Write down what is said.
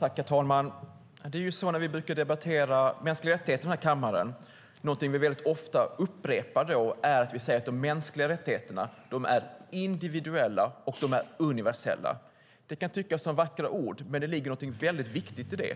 Herr talman! När vi debatterar mänskliga rättigheter här i kammaren brukar vi ofta upprepa att de mänskliga rättigheterna är individuella och universella. Det kan tyckas som vackra ord, men det ligger något väldigt viktigt i dem.